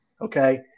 Okay